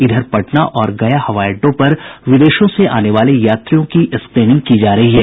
इधर पटना और गया हवाई अड्डों पर विदेशों से आने वाले यात्रियों की स्क्रीनिंग की जा रही है